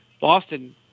Boston